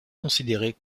considérés